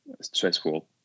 stressful